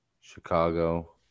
Chicago